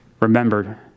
Remember